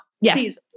Yes